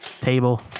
table